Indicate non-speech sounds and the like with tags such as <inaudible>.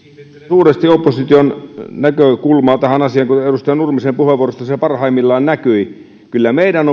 suuresti opposition näkökulmaa tähän asiaan kuten edustaja nurmisen puheenvuorosta se parhaimmillaan näkyi kyllä meidän <unintelligible>